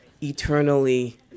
eternally